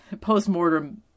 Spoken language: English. post-mortem